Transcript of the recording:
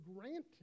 granted